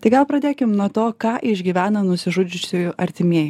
tai gal pradėkim nuo to ką išgyvena nusižudžiusiųjų artimieji